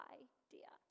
idea